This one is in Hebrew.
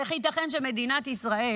איך ייתכן שמדינת ישראל